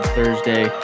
Thursday